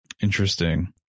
Interesting